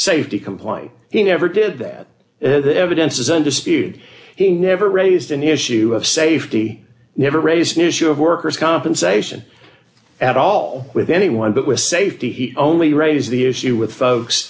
safety complying he never did that the evidence is in dispute he never raised an issue of safety never raised an issue of workers compensation at all with anyone but with safety he only raised the issue with folks